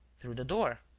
through the door.